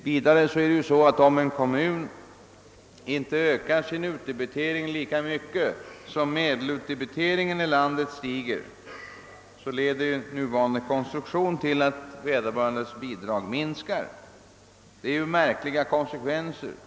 Vidare är det så, att om en kommun inte ökar sin utdebitering lika mycket som medelutdebiteringen i landet stiger, så leder den nuvarande konstruktionen till att den kommunens bidrag minskar — och det är ju märkliga konsekvenser!